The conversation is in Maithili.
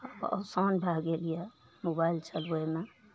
आब असान भए गेल यऽ मोबाइल चलबयमे